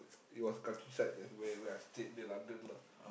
it was countryside that where where I stayed near London lah